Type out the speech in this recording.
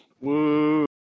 Woo